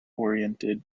oriented